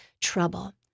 trouble